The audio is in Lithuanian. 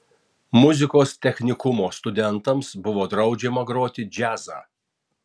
muzikos technikumo studentams buvo draudžiama groti džiazą